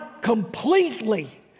completely